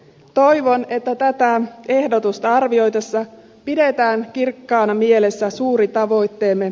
toivon että tätä ehdotusta arvioitaessa pidetään kirkkaana mielessä suuri tavoitteemme